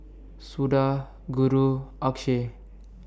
Suda Guru and Akshay